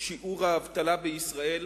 שיעור האבטלה בישראל